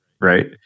right